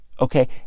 okay